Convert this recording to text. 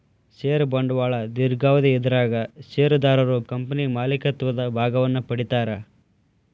ಷೇರ ಬಂಡವಾಳ ದೇರ್ಘಾವಧಿ ಇದರಾಗ ಷೇರುದಾರರು ಕಂಪನಿ ಮಾಲೇಕತ್ವದ ಭಾಗವನ್ನ ಪಡಿತಾರಾ